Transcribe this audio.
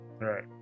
Right